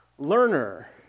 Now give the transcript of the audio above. learner